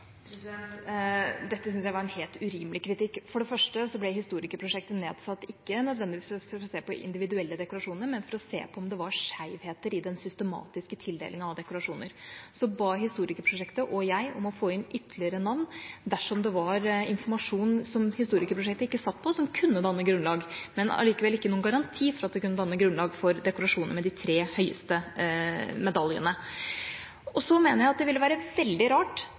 Dette syns jeg var en helt urimelig kritikk. For det første ble historikerprosjektet ikke nødvendigvis nedsatt for å se på individuelle dekorasjoner, men for å se på om det var skjevheter i den systematiske tildelingen av dekorasjoner. Så ba historikerprosjektet og jeg om å få inn ytterligere navn dersom det var informasjon som historikerprosjektet ikke satt på, som kunne danne grunnlag, men det var allikevel ikke noen garanti for at det kunne danne grunnlag for dekorasjoner med de tre høyeste medaljene. Så mener jeg at det ville være veldig rart